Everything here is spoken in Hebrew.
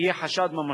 יהיה חשד ממשי.